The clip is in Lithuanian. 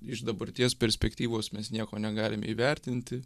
iš dabarties perspektyvos mes nieko negalime įvertinti